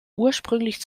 ursprünglich